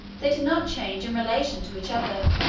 they did not change in relation to each other.